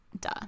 duh